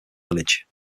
village